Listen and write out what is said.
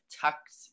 tucked